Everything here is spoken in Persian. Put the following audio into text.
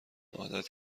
عادت